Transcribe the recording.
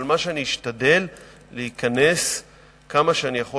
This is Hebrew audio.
אבל מה שאני אשתדל זה להיכנס כמה שאני יכול